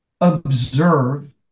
observe